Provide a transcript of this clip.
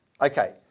okay